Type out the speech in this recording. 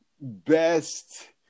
best